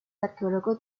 arqueólogos